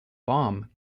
bomb